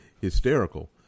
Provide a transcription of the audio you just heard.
hysterical